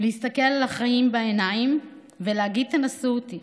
להסתכל לחיים בעיניים ולהגיד: תנסו אותי.